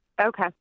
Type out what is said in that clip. Okay